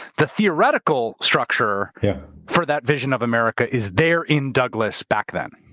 the theoretical structure yeah for that vision of america is there in douglass back then.